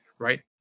right